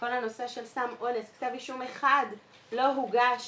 כל הנושא של סם אונס, כתב אישום אחד לא הוגש